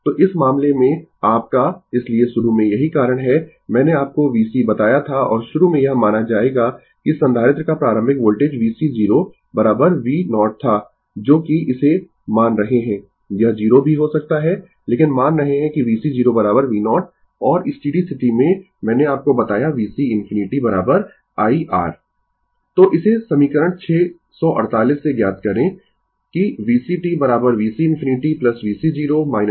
तो इस मामले में आपका इसलिए शुरू में यही कारण है मैंने आपको vc बताया था और शुरू में यह माना जाएगा कि संधारित्र का प्रारंभिक वोल्टेज vc 0 v0 था जोकि इसे मान रहे है यह 0 भी हो सकता है लेकिन मान रहे है कि vc 0 v0 और स्टीडी स्थिति में मैंने आपको बताया vc infinity I R तो इसे समीकरण 648 से ज्ञात करें कि vc t vc infinity vc 0 vc infinitye t tτ